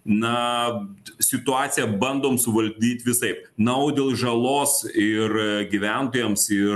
na situaciją bandom suvaldyt visaip na o dėl žalos ir gyventojams ir